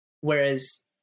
Whereas